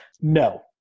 no